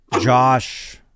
Josh